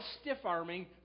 stiff-arming